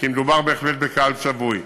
כי מדובר בהחלט בקהל שבוי.